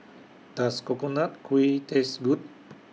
Does Coconut Kuih Taste Good